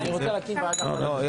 12:50.